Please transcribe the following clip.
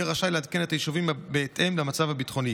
יהיה רשאי לעדכן את היישובים בהתאם למצב הביטחוני,